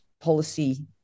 policy